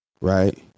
Right